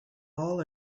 all